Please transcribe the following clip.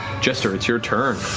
jester, it's your turn.